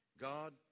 God